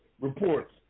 reports